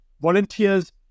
volunteers